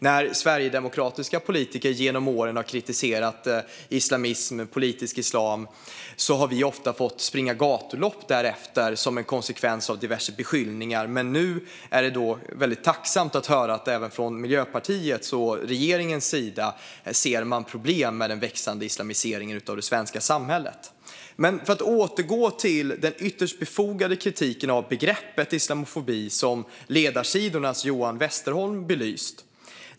När sverigedemokratiska politiker genom åren har kritiserat islamism, politisk islam, har vi ofta fått löpa gatlopp därefter som en konsekvens av diverse beskyllningar. Det är väldigt välkommet att nu höra att man även från Miljöpartiets och regeringens sida ser problem med den tilltagande islamiseringen av det svenska samhället. Men åter till den ytterst befogade kritik av begreppet islamofobi som Ledarsidornas Johan Westerholm belyst.